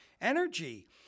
energy